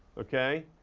okay?